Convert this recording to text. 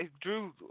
Drew